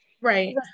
Right